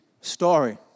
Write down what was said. story